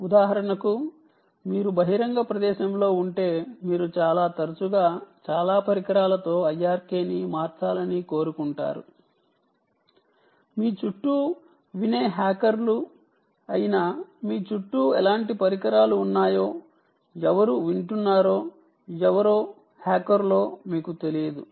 ఉదాహరణకు మీరు బహిరంగ ప్రదేశంలో ఉంటే మీరు చాలా తరచుగా చాలా పరికరాలతో IRK ని మార్చాలని కోరుకుంటారు మీ చుట్టూ వినే హ్యాకర్లు అయిన మీ చుట్టూ ఎలాంటి పరికరాలు ఉన్నాయో ఎవరు వింటున్నారో ఎవరు హ్యాకర్లో మీకు తెలియదు